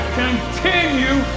continue